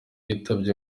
yitavye